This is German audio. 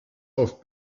auf